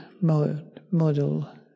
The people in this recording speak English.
model